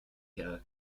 her